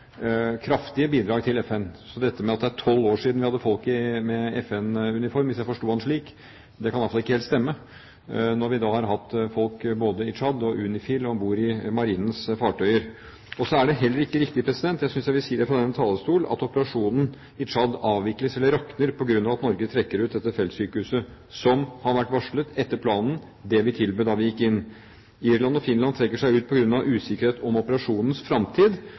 kraftige bidrag til FN. Så dette med at det er tolv år siden vi har hatt folk med FN-uniform – hvis jeg forstod han rett – kan altså ikke helt stemme, når vi har hatt folk både i Tsjad og UNIFIL om bord i Marinens fartøyer. Så er det heller ikke riktig – jeg vil si det fra denne talerstol – at operasjonen i Tsjad avvikles eller rakner på grunn av at Norge trekker ut dette feltsykehuset som har vært varslet etter planen, det vi tilbød da vi gikk inn. Irland og Finland trekker seg ut på grunn av usikkerhet om operasjonens